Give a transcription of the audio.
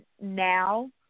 now